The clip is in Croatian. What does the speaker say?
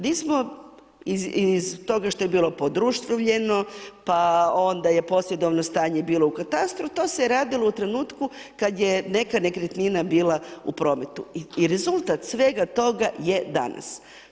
Nismo, iz toga što je bilo podruštvljeno, pa onda je posjedovno stanje bilo u katastru, to se je radilo u trenutku kad je neka nekretnina bila u prometu i rezultat svega toga je danas.